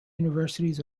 universities